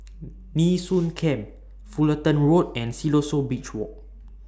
Nee Soon Camp Fullerton Road and Siloso Beach Walk